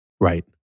Right